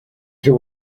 till